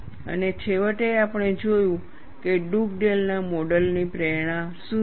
અને છેવટે આપણે જોયું કે ડુગડેલ ના મોડલ ની પ્રેરણા શું છે